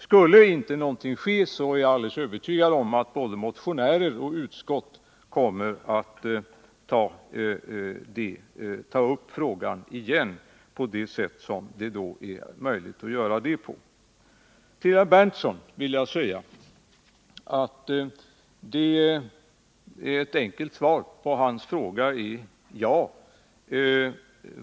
Skulle inte någonting ske är jag alldeles övertygad om att både motionärerna och utskottet kommer att ta upp frågan igen på det sätt som det då är möjligt att göra. Till herr Berndtson vill jag säga att ett enkelt svar på hans fråga är ja.